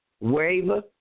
waver